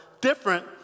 different